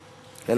ברקו,